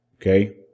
Okay